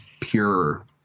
pure